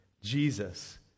Jesus